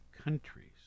countries